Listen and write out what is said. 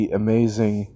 amazing